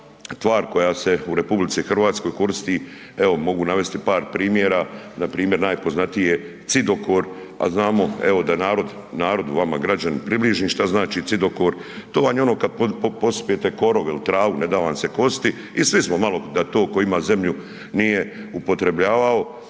tvar koja se u Republici Hrvatskoj koristi, evo mogu navesti par primjera, na primjer najpoznatiji je cidokor, a znamo evo da narod, narod, vama građani približim šta znači cidokor, to vam je ono kad pospete korov ili travu, ne da vam se kositi, i svi smo malo, da to tko ima zemlju nije upotrebljavao,